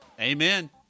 Amen